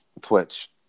Twitch